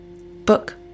book